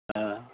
हा